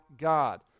God